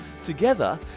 together